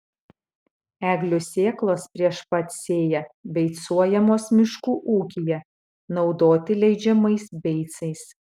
eglių sėklos prieš pat sėją beicuojamos miškų ūkyje naudoti leidžiamais beicais